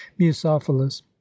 musophilus